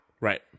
Right